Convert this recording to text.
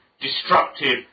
destructive